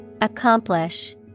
Accomplish